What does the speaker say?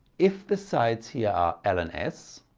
if the sides here are l and s